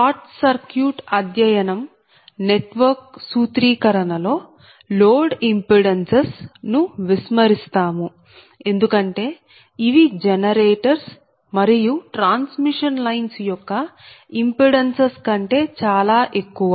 short circuit అధ్యయనం network సూత్రీకరణ లో లోడ్ ఇంపిడెన్సెస్ ను విస్మరిస్తాము ఎందుకంటే ఇవి జనరేటర్స్ మరియు ట్రాన్స్మిషన్ లైన్స్ యొక్క ఇంపిడెన్సెస్ కంటే చాలా ఎక్కువ